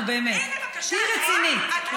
נו, באמת, תהיי רצינית.